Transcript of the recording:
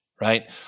right